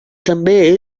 també